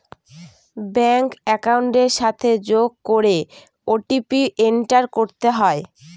bank একাউন্টের সাথে যোগ করে ও.টি.পি এন্টার করতে হয়